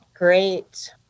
great